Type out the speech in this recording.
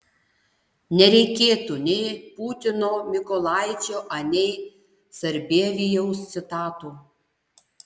nereikėtų nė putino mykolaičio anei sarbievijaus citatų